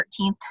13th